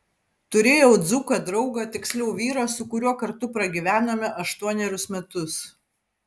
turėjau dzūką draugą tiksliau vyrą su kuriuo kartu pragyvenome aštuonerius metus